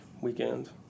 weekend